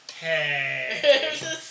Hey